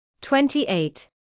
Twenty-eight